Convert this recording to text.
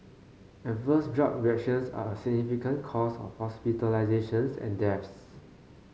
adverse drug reactions are a significant cause of hospitalisations and deaths